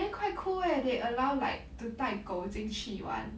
then quite cool eh they allow like to 带狗进去 [one]